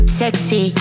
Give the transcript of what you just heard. sexy